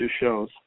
shows